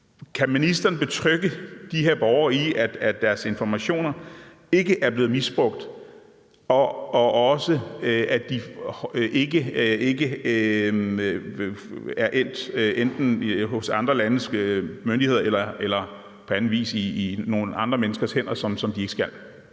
Kan ministeren betrygge de her borgere i, at deres informationer ikke er blevet misbrugt, og at de ikke er endt enten hos andre landes myndigheder eller i andre menneskers hænder, hvor de ikke skulle